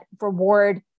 reward